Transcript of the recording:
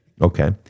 Okay